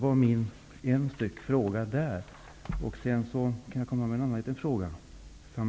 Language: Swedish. Jag vill ställa en annan fråga i samma veva.